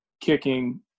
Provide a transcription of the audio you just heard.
kicking